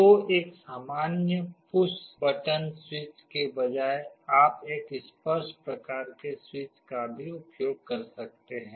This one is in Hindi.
तो एक सामान्य पुश बटन स्विच के बजाय आप एक स्पर्श प्रकार के स्विच का भी उपयोग कर सकते हैं